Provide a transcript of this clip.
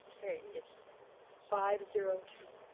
k, it's five zero two.